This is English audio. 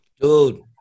Dude